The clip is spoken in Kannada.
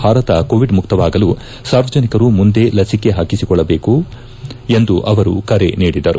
ಭಾರತ ಕೋವಿಡ್ ಮುಕ್ತವಾಗಲು ಸಾರ್ವಜನಿಕರು ಮುಂದೆ ಲಸಿಕೆ ಹಾಕಿಸಿಕೊಳ್ಟಬೇಕು ಎಂದು ಅವರು ಕರೆ ನೀಡಿದರು